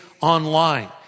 online